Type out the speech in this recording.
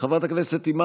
חבר הכנסת ג'אבר עסאקלה,